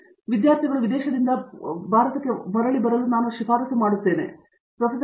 professor Satyanarayana N Gummadi ವಿದ್ಯಾರ್ಥಿಗಳು ಮರಳಿ ಬರಲು ಶಿಫಾರಸು ಮಾಡುತ್ತಾರೆ ಮತ್ತು ಪ್ರೊಫೆಸರ್